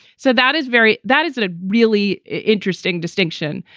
so that is very that is a really interesting distinction.